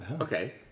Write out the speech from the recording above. Okay